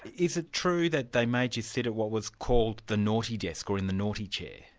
is it true that they made you sit at what was called the naughty desk or in the naughty chair?